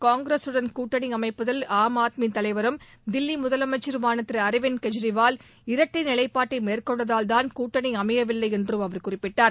காங்கிரஸ் உடன் கூட்டணி அமைப்பதில் ஆம் ஆத்மி தலைவரும் தில்லி முதலமைச்சருமான திரு அரவிந்த் கெஜ்ரிவால் இரட்டை நிலைப்பாட்டை மேற்கொண்டதால்தான் கூட்டணி அமையவில்லை என்றும் அவர் குறிப்பிட்டார்